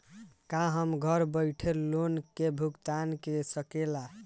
का हम घर बईठे लोन के भुगतान के शकेला?